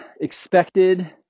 expected